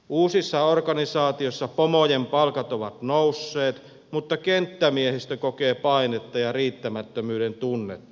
uusissa organisaatioissa pomojen palkat ovat nousseet mutta kenttämiehistö kokee painetta ja riittämättömyyden tunnetta